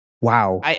wow